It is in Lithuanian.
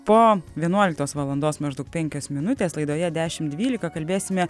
po vienuoliktos valandos maždaug penkios minutės laidoje dešimt dvylika kalbėsime